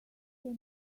can